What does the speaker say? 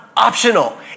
Optional